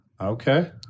Okay